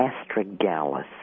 astragalus